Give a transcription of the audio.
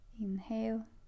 Inhale